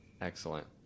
Excellent